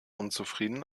unzufrieden